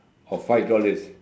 or five dollars